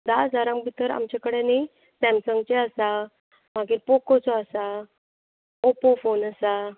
धा हजारां भितर आमचे कडेन न्ही सॅमसंगचे आसा मागीर पोकोचो आसा ओपो फोन आसा